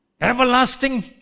Everlasting